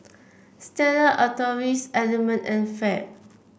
Stella Artois Element and Fab